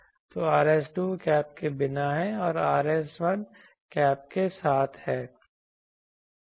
तो Rs2 cap के बिना है और Rs1 कैप के साथ है